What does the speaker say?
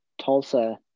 Tulsa